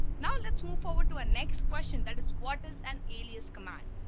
now, let's move forward to a next question that is what is an alias command.